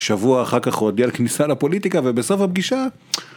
שבוע אחר כך הוא הודיע על כניסה לפוליטיקה, ובסוף הפגישה...